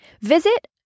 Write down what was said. Visit